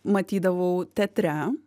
matydavau teatre